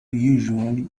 usually